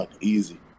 easy